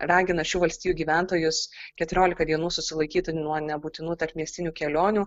ragina šių valstijų gyventojus keturiolika dienų susilaikyti nuo nebūtinų tarpmiestinių kelionių